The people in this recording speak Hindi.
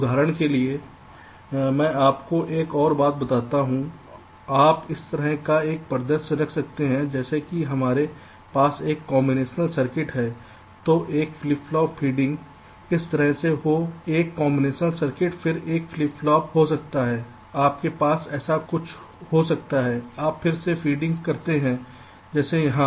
उदाहरण के लिए मैं आपको एक और बात बताता हूं आप इस तरह का एक परिदृश्य रख सकते हैं जैसे कि हमारे पास कुछ कॉम्बीनेशनल सर्किट हैं तो एक फ्लिप फ्लॉप फीडिंग इस तरह से फिर एक कॉम्बिनेशन सर्किट फिर एक फ्लिप फ्लॉप हो सकता है आपके पास ऐसा कुछ हो सकता है कुछ हो सकता है आप फिर से फीडिंग करते हैं जैसे यहां